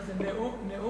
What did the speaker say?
מה זה, נאום?